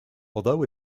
although